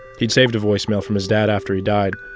he'd saved a voicemail from his dad after he died.